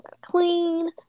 clean